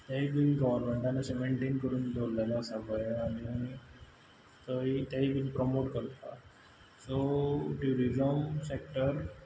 तेंय बीन गव्हर्मेंटान अशें मेन्टेन करून दवरलेलें आसा बरें आनी थंय तेंय बीन प्रमोट करता सो ट्युरिजम सॅक्टर